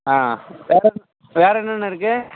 ஆ வேறு என்ன வேறு என்னண்ண இருக்குது